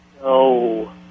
No